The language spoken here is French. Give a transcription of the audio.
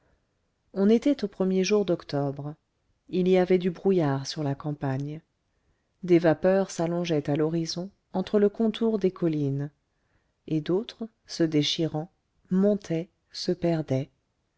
on était aux premiers jours d'octobre il y avait du brouillard sur la campagne des vapeurs s'allongeaient à l'horizon entre le contour des collines et d'autres se déchirant montaient se perdaient